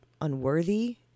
unworthy